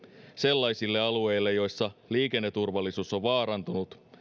sellaisille alueille joilla liikenneturvallisuus on vaarantunut